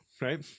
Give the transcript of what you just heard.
right